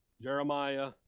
Jeremiah